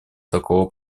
такого